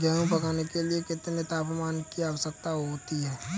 गेहूँ पकने के लिए कितने तापमान की आवश्यकता होती है?